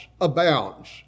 abounds